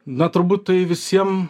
na turbūt tai visiem